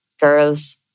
girls